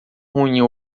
ruim